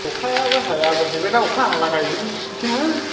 अखायाबो हाया जाहैबायना अखा हाला गायजेनगौसैमोन